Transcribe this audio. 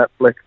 Netflix